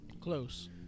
close